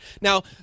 Now